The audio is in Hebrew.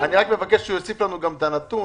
אני מבקש שהוא ישלח לנו את הנתון,